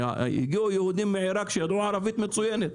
הביאו יהודים מעיראק שידעו ערבית מצוינת,